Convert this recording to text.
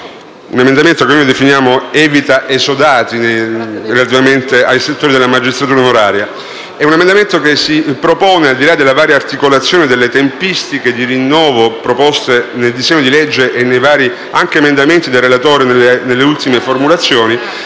l'emendamento 2.105 che noi definiamo "evita esodati" relativamente al settore della magistratura onoraria. Tale emendamento si propone, al di là delle varie articolazioni delle tempistiche di rinnovo proposte nel disegno di legge, nei vari emendamenti del relatore e nelle ultime formulazioni,